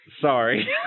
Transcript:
Sorry